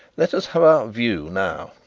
let us have our view now.